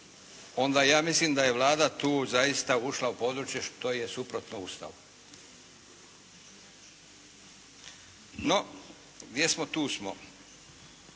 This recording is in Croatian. onda ja mislim da je Vlada tu zaista ušla u područje što je suprotno Ustavu. No, gdje smo tu smo.